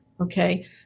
Okay